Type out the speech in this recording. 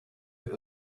out